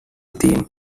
theme